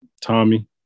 tommy